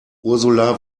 ursula